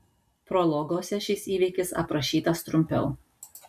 prologuose šis įvykis aprašytas trumpiau